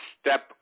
step